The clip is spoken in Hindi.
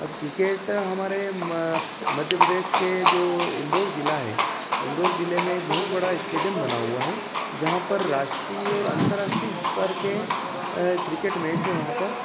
अब क्रिकेट हमारे म मध्य प्रदेश के जो इंदौर जिला है इंदौर जिले में बहुत बड़ा स्टेडियम बना हुआ है जहाँ पर राष्ट्रीय और अंतर्राष्ट्रीय स्तर के क्रिकेट मेच वहाँ पर